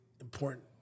important